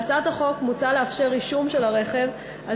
בהצעת החוק מוצע לאפשר רישום של הרכב על